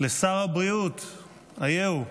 לשר הבריאות, אייהו?